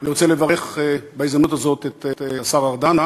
אני רוצה לברך בהזדמנות הזאת את השר ארדן,